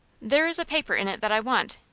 there is a paper in it that i want.